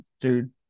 dude